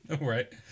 Right